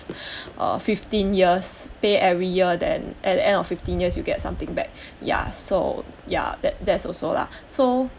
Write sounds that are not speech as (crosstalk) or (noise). (breath) uh fifteen years pay every year then at end of fifteen years you get something back ya so ya so that that also lah so